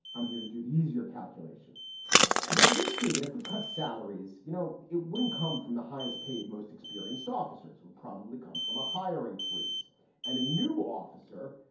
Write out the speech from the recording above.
i'm here to do the easier calculation because it is true that if we cut salaries, you know, it wouldn't come from the highest paid. most experienced officers would probably come from a hiring freeze and a new officer,